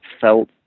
felt